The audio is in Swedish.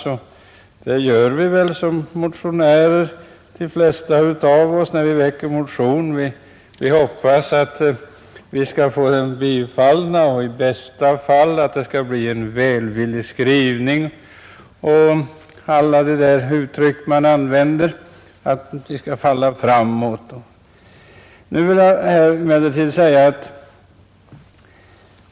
De flesta av oss som väcker motioner hoppas väl att dessa i bästa fall skall bifallas eller — för att använda några av de uttryck som vi brukar ta till i dessa sammanhang — att det skall bli en välvillig skrivning, att frågan skall falla framåt eller något liknande.